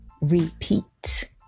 Repeat